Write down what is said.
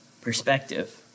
perspective